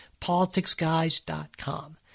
politicsguys.com